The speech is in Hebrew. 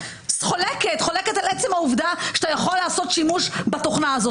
חולקת על עצם העובדה שאתה יכול לעשות שימוש בתוכנה הזו.